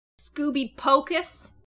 Scooby-Pocus